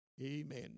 Amen